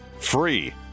free